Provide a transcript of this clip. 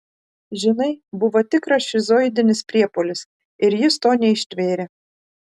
žinai buvo tikras šizoidinis priepuolis ir jis to neištvėrė